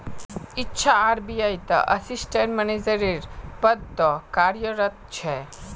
इच्छा आर.बी.आई त assistant manager रे पद तो कार्यरत छे